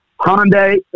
Hyundai